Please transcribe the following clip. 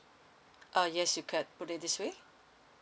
uh yes you can put it this way